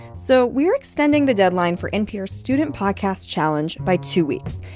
so we're extending the deadline for npr's student podcast challenge by two weeks.